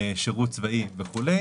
שירות צבאי וכו',